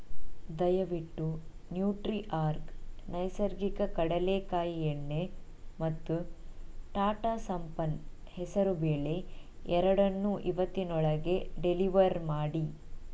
ದಯವಿಟ್ಟು ನ್ಯೂಟ್ರಿಆರ್ಗ್ ನೈಸರ್ಗಿಕ ಕಡಲೇಕಾಯಿ ಎಣ್ಣೆ ಮತ್ತು ಟಾಟಾ ಸಂಪನ್ನ್ ಹೆಸರುಬೇಳೆ ಎರಡನ್ನೂ ಇವತ್ತಿನೊಳಗೆ ಡೆಲಿವರ್ ಮಾಡಿ